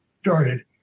started